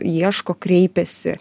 ieško kreipiasi